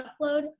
upload